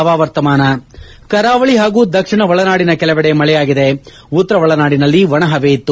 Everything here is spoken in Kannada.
ಹವಾವರ್ತಮಾನ ಕರಾವಳಿ ಹಾಗೂ ದಕ್ಷಿಣ ಒಳನಾಡಿನ ಕೆಲವೆಡೆ ಮಳೆಯಾಗಿದೆ ಉತ್ತರ ಒಳನಾಡಿನಲ್ಲಿ ಒಣಹವೆ ಇತ್ತು